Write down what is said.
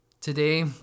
Today